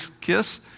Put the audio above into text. kiss